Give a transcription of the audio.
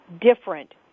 different